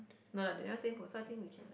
no lah they never say who so I think we can